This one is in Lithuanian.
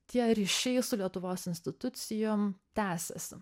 tie ryšiai su lietuvos institucijom tęsiasi